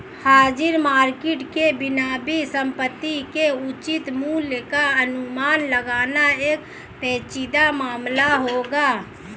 हाजिर मार्केट के बिना भी संपत्ति के उचित मूल्य का अनुमान लगाना एक पेचीदा मामला होगा